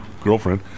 girlfriend